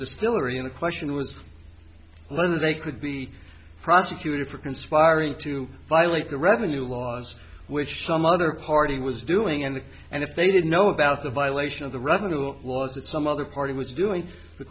distillery in a question was whether they could be prosecuted for conspiring to violate the revenue laws which some other party was doing and and if they did know about the violation of the revenue laws that some other party was doing the